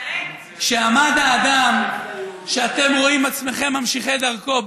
כשעמד האדם שאתם רואים את עצמכם ממשיכי דרכו,